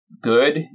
good